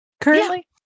Currently